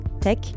tech